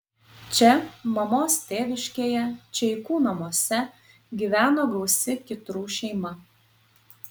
čia mamos tėviškėje čeikų namuose gyveno gausi kytrų šeima